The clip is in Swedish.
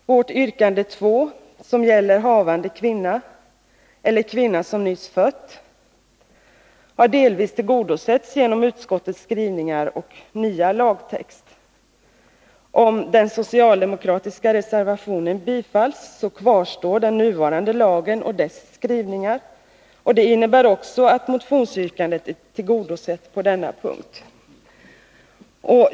Vårt yrkande 2, som gäller havande kvinna eller kvinna som nyss fött barn, har delvis tillgodosetts genom utskottets skrivningar och förslag till ny lagtext. Om den socialdemokratiska reservationen bifalls, kvarstår den nuvarande lagen och dess skrivningar, och det innebär också att motionsyrkandet är tillgodosett på denna punkt.